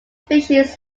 species